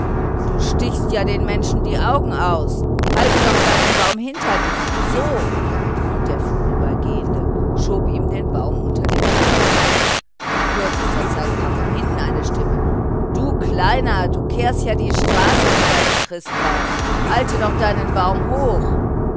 du stichst ja den menschen die augen aus halte doch deinen baum hinter dich so und der vorübergehende schob ihm den baum unter den arm nach kürzester zeit kam von hinten eine stimme du kleiner du kehrst ja die straße mit deinem christbaum halte doch deinen baum hoch